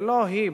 ולא היא.